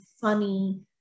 funny